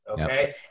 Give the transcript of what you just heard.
okay